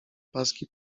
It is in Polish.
paski